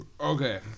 Okay